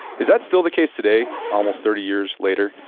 is that still the case today, almost thirty years later?